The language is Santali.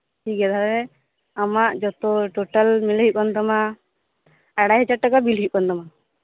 ᱴᱷᱤᱠᱜᱮᱭᱟ ᱛᱟᱦᱚᱞᱮ ᱟᱢᱟᱜ ᱡᱷᱚᱛᱚ ᱴᱚᱴᱟᱞ ᱢᱤᱞᱮ ᱦᱳᱭᱳᱜ ᱠᱟᱱᱛᱟᱢᱟ ᱟᱲᱟᱭ ᱦᱟᱡᱟᱨ ᱴᱟᱠᱟ ᱵᱤᱞ ᱦᱳᱭᱳᱜ ᱠᱟᱱᱛᱟᱢᱟ